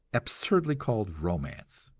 absurdly called romance.